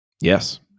Yes